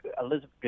Elizabeth